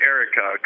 Erica